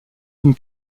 une